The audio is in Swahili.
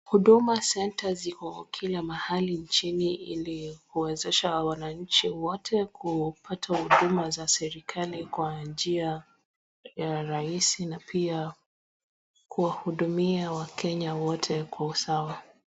Huduma center ziko kila mahali nchini iliyo wawezesha wananchi wote kupata huduma za serikali kwa njia ya rahisi na pia, kuwahudumia wakenya wote kwa usawa.